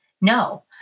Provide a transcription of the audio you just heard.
No